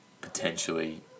potentially